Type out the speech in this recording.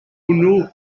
hwnnw